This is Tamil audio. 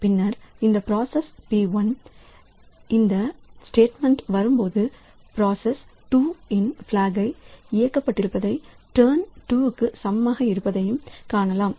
பின்னர் இந்த பிராசஸ் 1 இந்த ஸ்டேட்மெண்ட்க் வரும்போது பிராசஸ் 2 இன் பிளாக் இயக்கப்பட்டிருப்பதையும் டர்ன் 2 க்கு சமமாகவும் இருப்பதைக் காணலாம்